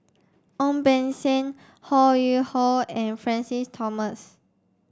Ong Beng Seng Ho Yuen Hoe and Francis Thomas